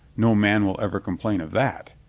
no man will ever complain of that.